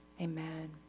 amen